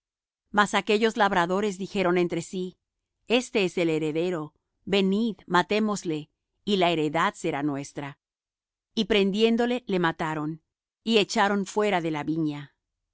mas aquellos labradores dijeron entre sí este es el heredero venid matémosle y la heredad será nuestra y prendiéndole le mataron y echaron fuera de la viña